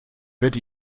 wird